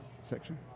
section